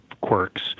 quirks